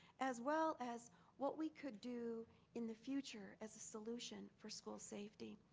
as well as what we could do in the future as a solution for school safety.